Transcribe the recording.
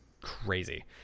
crazy